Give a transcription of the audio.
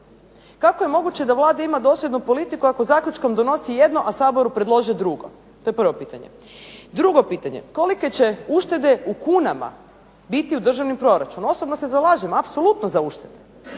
Kako je moguće da Vlada ima dosljednu politiku ako zaključkom donosi jedno, a Saboru predloži drugo? To je prvo pitanje. Drugo pitanje, kolike će uštede u kunama biti u državni proračun? Osobno se zalažem apsolutno za uštede,